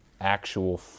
actual